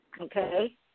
Okay